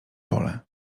pole